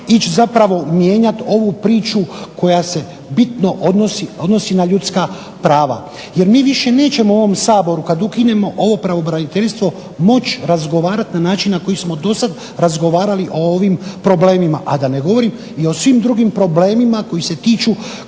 ići zapravo mijenjat ovu priču koja se bitno odnosi na ljudska prava jer mi više nećemo u ovom Saboru kad ukinemo ovo pravobraniteljstvo moći razgovarat na način na koji smo do sad razgovarali o ovim problemima, a da ne govorim i o svim drugim problemima koji se tiču